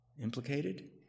implicated